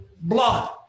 Blood